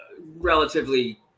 relatively